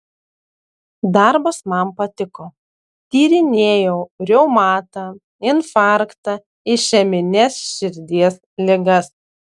darbas man patiko tyrinėjau reumatą infarktą išemines širdies ligas